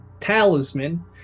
talisman